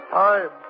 time